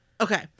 Okay